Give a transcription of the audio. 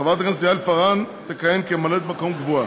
חברת הכנסת יעל פארן תכהן כממלאת-מקום קבועה.